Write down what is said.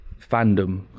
fandom